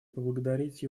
поблагодарить